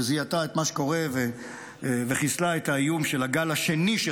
שזיהתה את מה שקורה וחיסלה את האיום של הגל השני של